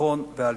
הביטחון והעלייה.